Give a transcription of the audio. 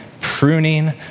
pruning